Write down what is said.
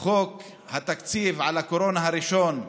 חוק התקציב על גל הקורונה הראשון,